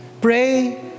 Pray